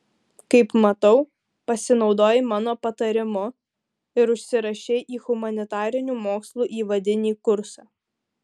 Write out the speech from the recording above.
kaip matau pasinaudojai mano patarimu ir užsirašei į humanitarinių mokslų įvadinį kursą